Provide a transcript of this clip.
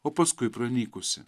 o paskui pranykusi